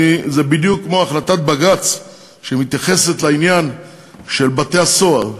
זה בדיוק כמו החלטת בג"ץ שמתייחסת לעניין של בתי-הסוהר,